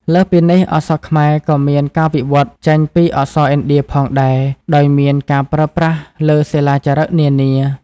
លើសពីនេះ អក្សរខ្មែរក៏មានការវិវត្តន៍ចេញពីអក្សរឥណ្ឌាផងដែរ ដោយមានការប្រើប្រាស់លើសិលាចារឹកនានា។